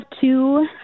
two